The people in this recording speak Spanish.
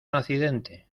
accidente